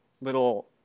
little